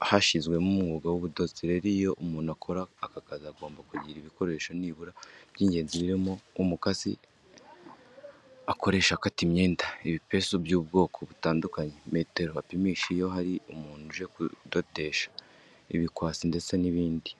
bashyizemo umwuga w'ubudozi. Rero iyo umuntu akora aka kazi agomba kugira ibikoresho nibura by'ingenzi birimo umukasi akoresha akata imyenda, ibipesu by'ubwoko butandukanye, metero apimisha iyo hari umuntu uje kudodesha, ibikwasi ndetse n'ibindi.